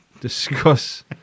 discuss